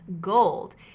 Gold